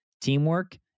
teamwork